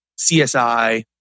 CSI